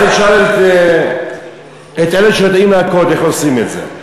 תשאל את אלה שיודעים להכות איך עושים את זה.